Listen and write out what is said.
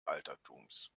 altertums